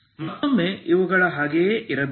ಮತ್ತೊಮ್ಮೆ ಇವುಗಳು ಹಾಗೆಯೇ ಇರಬೇಕು